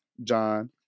john